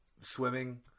swimming